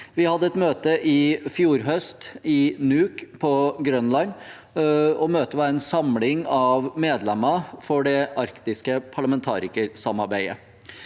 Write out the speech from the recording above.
Vi hadde et møte i fjor høst, i Nuuk på Grønland. Møtet var en samling av medlemmer i det arktiske parlamentarikersamarbeidet.